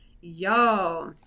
y'all